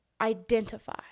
identify